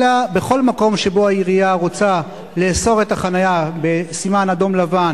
אלא בכל מקום שבו העירייה רוצה לאסור את החנייה בסימן אדום-לבן